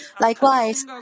Likewise